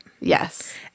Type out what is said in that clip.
Yes